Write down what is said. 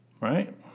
right